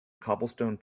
cobblestone